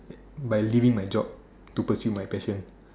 by leaving my job to pursue my passion